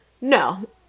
No